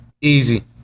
easy